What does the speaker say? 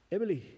Emily